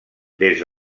des